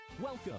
Welcome